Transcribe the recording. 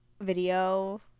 video